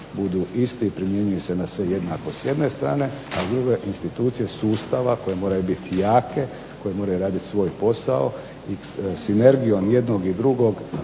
budu isti, primjenjuju se na sve jednako s jedne strane, a s druge institucije sustava koje moraju biti jake, koje moraju raditi svoj posao i sinergijom jednog i drugog